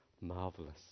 marvelous